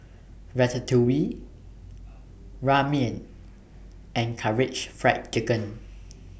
Ratatouille Ramen and Karaage Fried Chicken